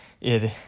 It